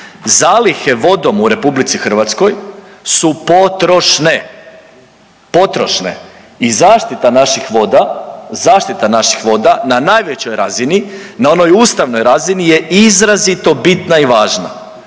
Zalihe vodom u RH su potrošne, potrošne i zaštita naših voda, zaštita naših voda na najvećoj razini, na onoj ustavnoj razini je izrazito bitna i važna.